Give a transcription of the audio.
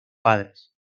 padres